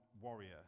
warrior